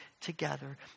together